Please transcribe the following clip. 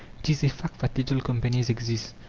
it is a fact that little companies exist,